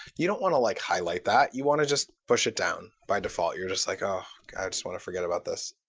you don't want to like highlight that. you want to just push it down by default. you're just like, oh, i just want to forget about this.